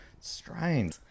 strange